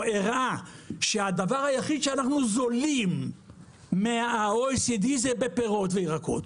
הוא הראה שהדבר היחיד שאנחנו זולים מה-OECD זה בפירות וירקות,